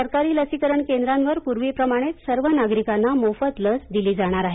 सरकारी लसीकरण केंद्रांवर पूर्वीप्रमाणंच सर्व नागरिकांना मोफत लस दिली जाणार आहे